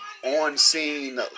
on-scene